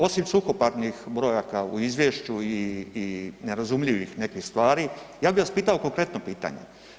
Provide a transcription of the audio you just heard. Osim suhoparnih brojaka u Izvješću i nerazumljivih nekih stvari, ja bi vas pitao konkretno pitanje.